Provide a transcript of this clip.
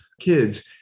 kids